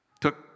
took